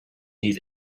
need